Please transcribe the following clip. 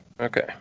Okay